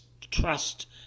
trust